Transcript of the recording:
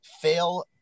fail